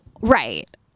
Right